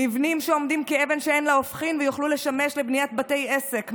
מבנים שעומדים כאבן שאין לה הופכין ויוכלו לשמש לבניית בית עסק,